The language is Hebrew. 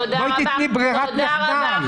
בואי תיתני ברירת מחדל.